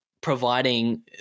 providing